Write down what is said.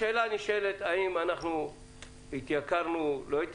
השאלה היא האם אנחנו התייקרנו או לא.